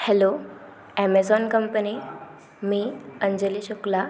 hello Amazon company मी अंजली शुक्ला